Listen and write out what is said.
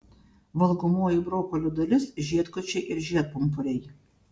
valgomoji brokolių dalis žiedkočiai ir žiedpumpuriai